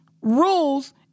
rules